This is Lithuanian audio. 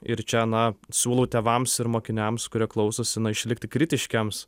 ir čia na siūlau tėvams ir mokiniams kurie klausosi na išlikti kritiškiems